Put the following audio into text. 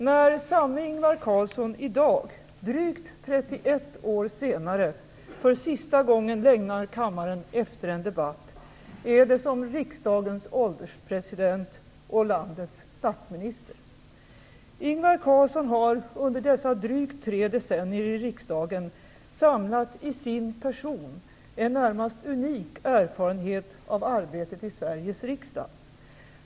När samme Ingvar Carlsson i dag, drygt 31 år senare, för sista gången lämnar kammaren efter en debatt, är det som riksdagens ålderspresident och landets statsminister. Ingvar Carlsson har under dessa drygt tre decennier i riksdagen samlat i sin person en närmast unik erfarenhet av arbetet i Sveriges riksdag.